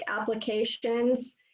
applications